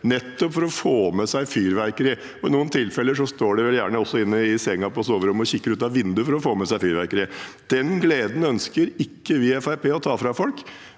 året for å få med seg fyrverkeriet. I noen tilfeller står de gjerne inne i sengen på soverommet og kikker ut av vinduet for å få med seg fyrverkeriet. Den gleden ønsker ikke vi i